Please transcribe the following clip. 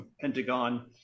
Pentagon